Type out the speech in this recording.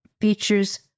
features